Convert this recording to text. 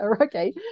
okay